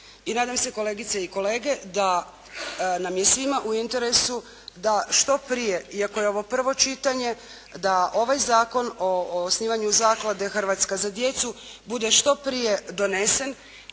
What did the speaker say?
i nadam se kolegice i kolege da nam je svima u interesu da što prije iako je ovo prvo čitanje da ovaj Zakon o osnivanju Zaklade “Hrvatska za djecu“ bude što prije donesen